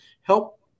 help